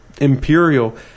Imperial